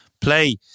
play